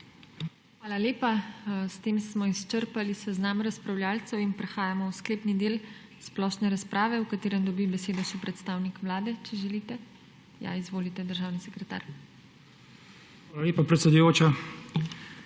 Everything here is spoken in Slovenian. Hvala lepa. S tem smo izčrpali seznam razpravljavcev in prehajamo v sklepni del splošne razprave, v katerem dobi besedo še predstavnik Vlade, če želi. (Da.) Izvolite, državni sekretar. **MAG.